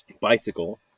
bicycle